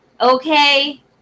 okay